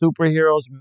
superheroes